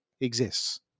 exists